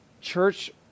church